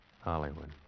Hollywood